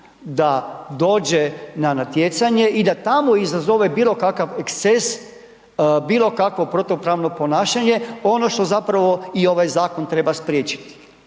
da dođe na natjecanje i da tamo izazove bilo kakav eksces, bilo kakvo protupravno ponašanje, ono što zapravo i ovaj zakon treba spriječiti.